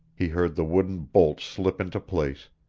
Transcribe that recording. he heard the wooden bolt slip into place,